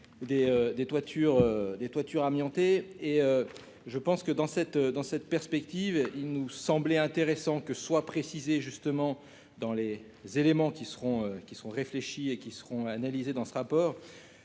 des toitures amiantés et je pense que dans cette, dans cette perspective, il nous semblait intéressant que soit précisée justement dans les éléments qui seront, qui seront réfléchis et qui seront analysés dans ce rapport